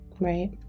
right